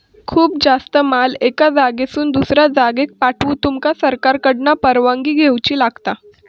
खूप जास्त माल एका जागेसून दुसऱ्या जागेक पाठवूक तुमका सरकारकडना परवानगी घेऊची लागात